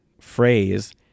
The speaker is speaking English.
phrase